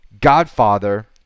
Godfather